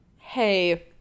hey